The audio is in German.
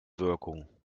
wirkung